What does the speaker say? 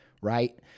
right